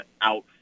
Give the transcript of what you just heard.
out